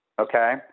Okay